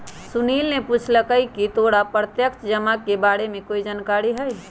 सुनील ने पूछकई की तोरा प्रत्यक्ष जमा के बारे में कोई जानकारी हई